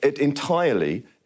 Entirely